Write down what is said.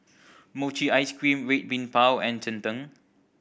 mochi ice cream Red Bean Bao and cheng tng